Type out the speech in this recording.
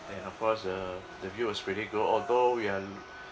and of course uh the view was pretty good although we are